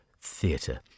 Theatre